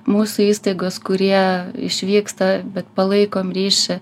mūsų įstaigos kurie išvyksta bet palaikom ryšį